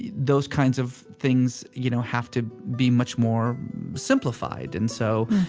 those kinds of things you know have to be much more simplified, and so,